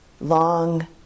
long